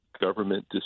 government